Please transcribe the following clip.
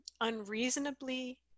unreasonably